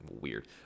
Weird